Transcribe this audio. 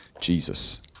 Jesus